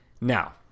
now